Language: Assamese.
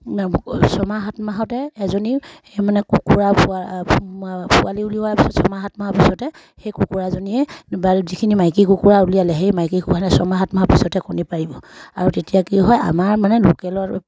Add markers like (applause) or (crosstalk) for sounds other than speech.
(unintelligible) ছমাহ সাতমাহতে এজনী মানে কুকুৰা পোৱালি উলিওৱা পিছত ছমাহ সাতমাহৰ পিছতে সেই কুকুৰাজনীয়ে বা যিখিনি মাইকী কুকুৰা উলিয়ালে সেই মাইকী কুকুৰাখিনি ছমাহ সাতমাহৰ পিছতে কণী পাৰিব আৰু তেতিয়া কি হয় আমাৰ মানে লোকেলৰ